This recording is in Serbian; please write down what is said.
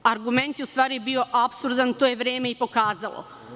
Argument je u stvari bio apsurdan i to je vremepokazalo.